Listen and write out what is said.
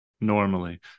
normally